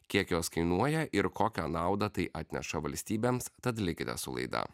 kiek jos kainuoja ir kokią naudą tai atneša valstybėms tad likite su laida